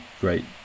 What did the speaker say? great